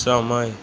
સમય